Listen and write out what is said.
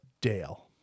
Dale